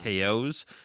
KOs